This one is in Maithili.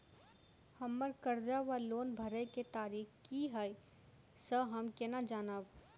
हम्मर कर्जा वा लोन भरय केँ तारीख की हय सँ हम केना जानब?